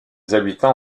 habitants